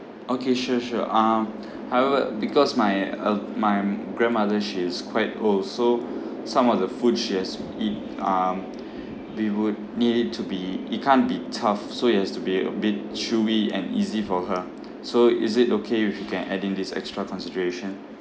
okay sure sure um I will because my ul~ my grandmother she is quite old so some of the food she has to eat um we would need it to be it can't be tough so it has to be a bit chewy and easy for her so is it okay if you can add in this extra consideration